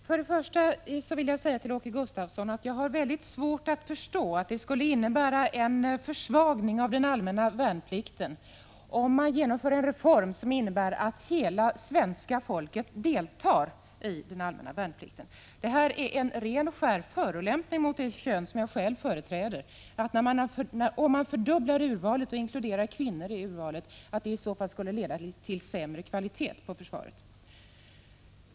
Herr talman! Jag vill först säga till Åke Gustavsson att jag har mycket svårt 24 april 1986 att förstå att det skulle innebära en försvagning av den allmänna värnplikten om man genomförde en reform som medförde att hela svenska folket deltar i den allmänna värnplikten. Det är en ren och skär förolämpning mot det kön som jag själv företräder att säga att följden om man fördubblar urvalet genom att i detta inkludera kvinnor skulle bli sämre kvalitet på försvaret.